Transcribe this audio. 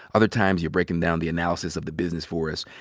other times, you're breaking down the analysis of the business for us.